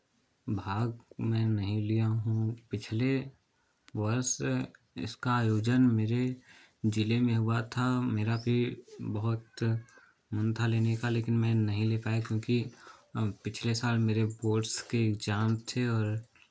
भाग मैं नहीं लिया हूँ पिछले वर्ष इसका आयोजन मेरे जिले में हुआ था मेरा भी बहुत मन था लेने का लेकिन मैं नहीं ले पाया क्योंकि पिछले साल मेरे बोर्ड्स के इक्जाम थे और